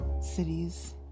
cities